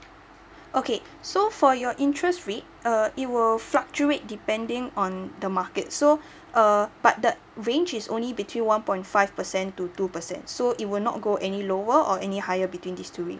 okay so for your interest rate uh it will fluctuate depending on the market so uh but the range is only between one point five percent to two percent so it will not go any lower or any higher between these two rates